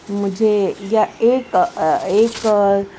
مجھے یا ایک ایک